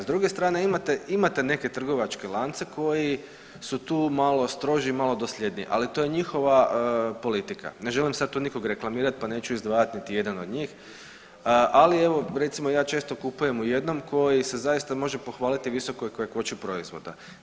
S druge strane, imate neke trgovačke lance koji su tu malo stroži i malo dosljedniji, ali to je njihova politika, ne želim sad tu nikoga reklamirati pa neću izdvajati niti jedan od njih, ali evo, recimo, ja često kupujem u jednom koji se zaista može pohvaliti visokoj kakvoći proizvoda.